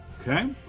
Okay